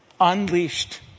Unleashed